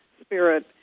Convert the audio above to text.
spirit